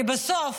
כי בסוף